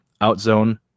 Outzone